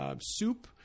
soup